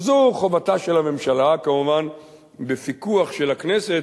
וזו חובתה של הממשלה, כמובן בפיקוח של הכנסת,